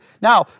Now